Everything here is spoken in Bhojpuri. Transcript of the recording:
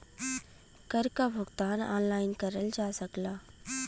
कर क भुगतान ऑनलाइन करल जा सकला